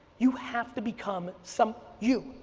you have to become some, you,